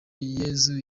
yezu